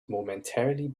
momentarily